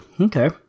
Okay